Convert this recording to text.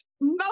No